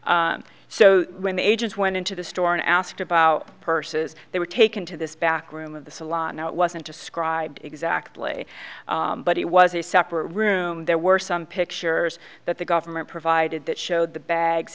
us so when the agents went into the store and asked about purses they were taken to this back room of the salon now it wasn't described exactly but it was a separate room there were some pictures that the government provided that showed the bags